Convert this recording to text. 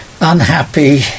unhappy